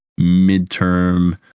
midterm